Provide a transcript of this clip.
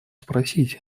спросить